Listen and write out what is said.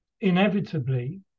inevitably